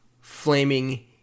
flaming